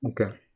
Okay